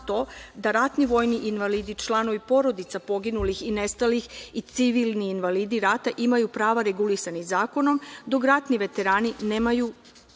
da ratni vojni invalidi, članovi porodica poginulih i nestalih i civilni invalidi rata imaju prava regulisanih zakonom, dok ratni veterani nemaju